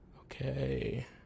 Okay